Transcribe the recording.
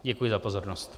Děkuji za pozornost.